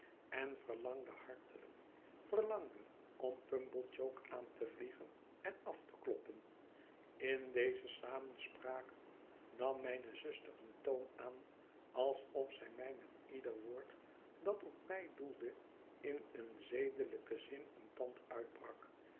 en verlangde hartelijk verlangde om pumblechook aan te vliegen en af te kloppen in deze samenspraken nam mijne zuster een toon aan alsof zij mij met ieder woord dat op mij doelde in een zedelijken zin een tand uitbrak